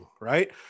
Right